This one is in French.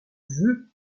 veu